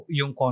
yung